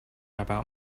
about